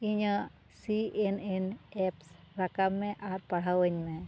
ᱤᱧᱟᱹᱜ C N N apps ᱨᱟᱠᱟᱵ ᱢᱮ ᱟᱨ ᱯᱟᱲᱦᱟᱣᱟᱹᱧ ᱢᱮ